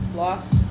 lost